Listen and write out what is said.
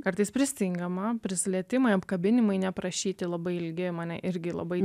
kartais pristingama prisilietimai apkabinimai neprašyti labai ilgi mane irgi labai